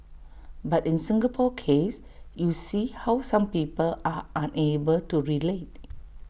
but in Singapore case you see how some people are unable to relate